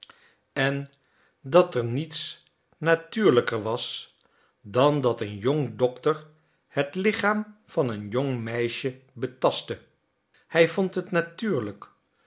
en dat er niets natuurlijker was dan dat een jong dokter het lichaam van een jong meisje betastte hij vond het natuurlijk